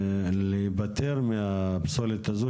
מה הקרן עושה כדי לסייע לרשויות החלשות להיפטר מפסולת הבנייה?